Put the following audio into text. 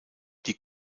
die